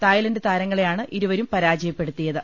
Thailand താരങ്ങളെയാണ് ഇരുവരും പരാജയപ്പെടു ത്തിയത്